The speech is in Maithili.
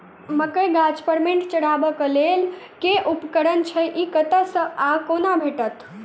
मकई गाछ पर मैंट चढ़ेबाक लेल केँ उपकरण छै? ई कतह सऽ आ कोना भेटत?